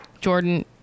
Jordan